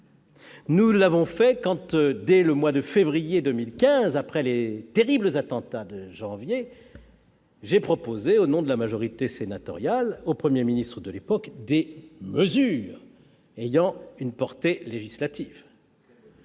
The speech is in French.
Nous l'avons fait dès le mois de février 2015, après les terribles attentats de janvier, lorsque j'ai proposé au nom de la majorité sénatoriale, au Premier ministre de l'époque, des mesures ayant une portée législative.